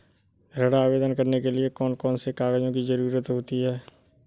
ऋण आवेदन करने के लिए कौन कौन से कागजों की जरूरत होती है?